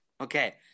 Okay